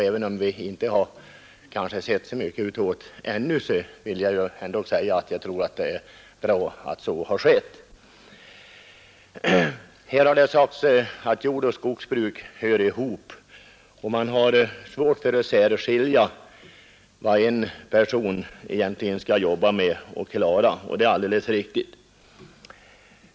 Även om vi inte sett så stort resultat av det ännu, tror jag det är bra att denna utvidgning har skett. Det har sagts att jordbruk och skogsbruk hör ihop och att det ofta är svårt att särskilja vad en person egentligen jobbar med. Det är alldeles riktigt.